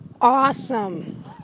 awesome